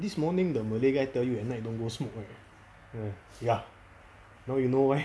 this morning the malay guy tell you at night don't go smoke right um ya now you know why